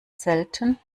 selten